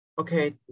Okay